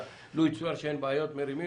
אז בתל אביב יש 100 אזורים סטטיסטיים.